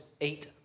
eight